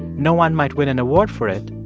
no one might win an award for it,